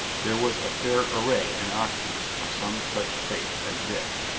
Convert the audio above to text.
there was a fair array in oxford of some such faith as this.